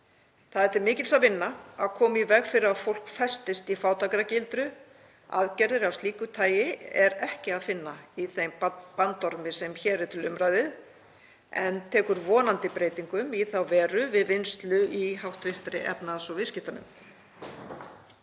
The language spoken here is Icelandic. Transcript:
Það er til mikils að vinna að koma í veg fyrir að fólk festist í fátæktargildru. Aðgerðir af slíku tagi er ekki að finna í þeim bandormi sem hér er til umræðu en hann tekur vonandi breytingum í þá veru við vinnslu í hv. efnahags- og viðskiptanefnd.